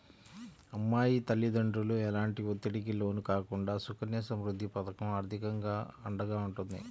అమ్మాయి తల్లిదండ్రులు ఎలాంటి ఒత్తిడికి లోను కాకుండా సుకన్య సమృద్ధి పథకం ఆర్థికంగా అండగా ఉంటుంది